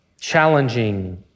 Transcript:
challenging